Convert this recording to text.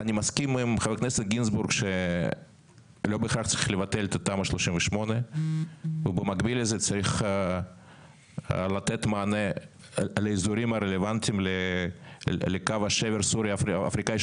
אני מסכים עם חבר הכנסת גינזבורג שלא בהכרח צריך לבטל את תמ"א 38. ובמקביל לזה צריך לתת מענה לאזורים הרלוונטיים לקו השבר הסורי אפריקאי,